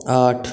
आठ